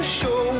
show